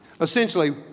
Essentially